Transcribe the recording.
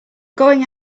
going